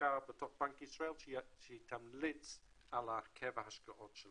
מהמחלקה בתוך בנק ישראל שהיא תמליץ על הרכב ההשקעות.